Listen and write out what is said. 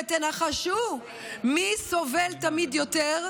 ותנחשו מי תמיד סובל יותר,